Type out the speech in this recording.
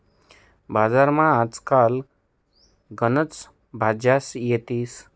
बजारमा आज काल गनच भाज्या येतीस